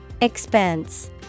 Expense